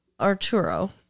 Arturo